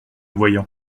voyant